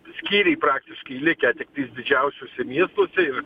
skyriai praktiškai likę tiktais didžiausiuose miestuose ir